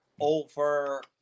over